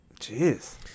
Jeez